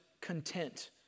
content